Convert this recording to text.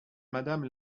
madame